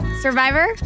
Survivor